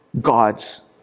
God's